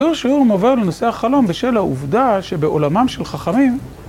שיעור שיעור מוביל לנושא החלום בשביל העובדה שבעולמם של חכמים